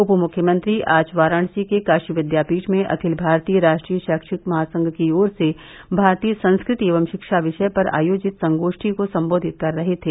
उप मुख्यमंत्री आज वाराणसी के काशी विद्यापीठ में अखिल भारतीय राष्ट्रीय शैक्षिक महासंघ की ओर से भारतीय संस्कृति एवं शिक्षा विषय पर आयोजित संगोष्ठी को सम्बोधित कर रहे थे